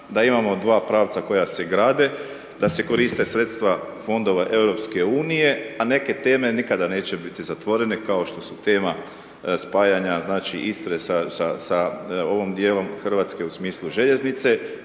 da imamo dva pravca koja se grade, da se koriste sredstva fondova EU, a neke teme nikada neće biti zatvorene kao što su tema spajanja znači Istre sa ovom dijelom Hrvatske u smislu željeznice